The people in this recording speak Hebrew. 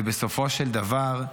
ובסופו של דבר,